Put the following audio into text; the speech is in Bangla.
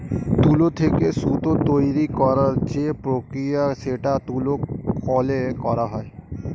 তুলো থেকে সুতো তৈরী করার যে প্রক্রিয়া সেটা তুলো কলে করা হয়